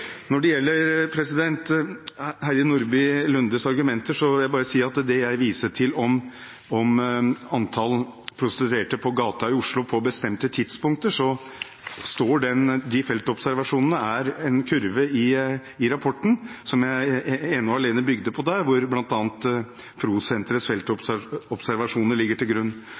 Når det gjelder Heidi Nordby Lundes argumenter, vil jeg si at det jeg viste til om antall prostituerte på gata i Oslo på bestemte tidspunkter, bygde ene og alene på feltobservasjonene, en egen kurve i rapporten. Pro Sentrets feltobservasjoner ligger der til grunn, altså at gatemarkedet i Oslo på